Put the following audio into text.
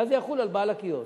ואז זה יחול על בעל הקיוסק.